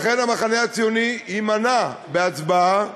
לכן המחנה הציוני יימנע בהצבעה.